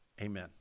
Amen